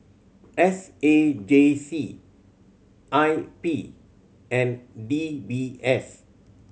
S A J C I P and D B S